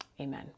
Amen